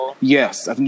yes